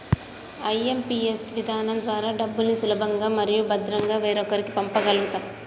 IMPS విధానం ద్వారా డబ్బుల్ని సులభంగా మరియు భద్రంగా వేరొకరికి పంప గల్గుతం